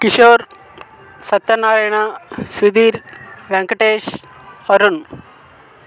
Kishore Satyanarayana Sudhir Venkatesh Arun